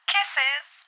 Kisses